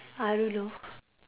I don't know